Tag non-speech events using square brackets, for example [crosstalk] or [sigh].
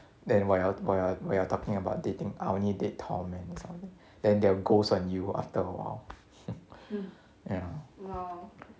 then why your why your why your talking about dating I only date tall men this kind of thing then they will ghost on you after awhile [noise] ya